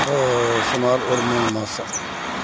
சுமார் ஒரு மூணு மாதம்